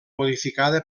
modificada